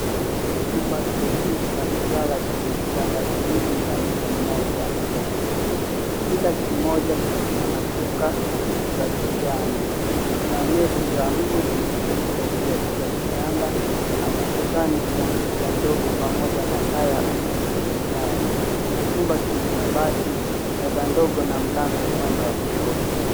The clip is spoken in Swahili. Chumba hiki ni cha kulala, kina vitanda viwili vya mtu mmoja. Kila kimoja kikiwa na shuka ya kijani, kuna neti za mbu zimetundikwa juu ya kila kitanda, na ukutani kuna picha ndogo pamoja na taa ya umeme kwenye dari. Chumba kina kabati, meza ndogo na mlango kando ya kushoto.